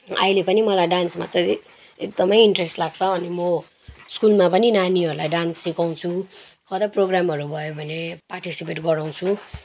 अहिले पनि मलाई डान्समा चाहिँ एकदमै इन्ट्रेस्ट लाग्छ अनि म स्कुलमा पनि नानीहरूलाई डान्स सिकाउँछु कतै प्रोग्रामहरू भयो भने पार्टिसिपेट गराउँछु